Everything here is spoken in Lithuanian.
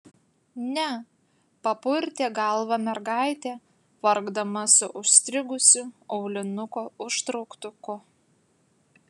ne papurtė galvą mergaitė vargdama su užstrigusiu aulinuko užtrauktuku